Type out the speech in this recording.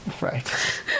Right